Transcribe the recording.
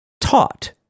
taught